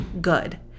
good